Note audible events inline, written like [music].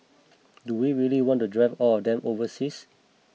[noise] do we really want to drive all of them overseas